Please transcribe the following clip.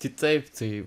kitaip tai